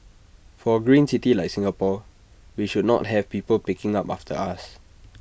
for A green city like Singapore we should not have people picking up after us